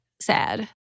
sad